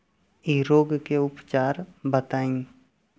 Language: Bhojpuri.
इ रोग के उपचार बताई?